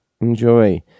enjoy